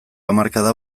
hamarkada